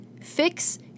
Fix